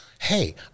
hey